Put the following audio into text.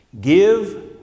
Give